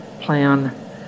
plan